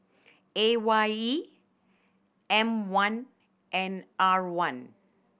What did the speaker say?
A Y E M One and R one